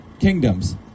kingdoms